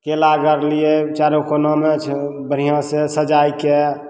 केला गाड़लिए चारू कोनामे बढ़िआँसे सजैके